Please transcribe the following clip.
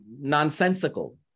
nonsensical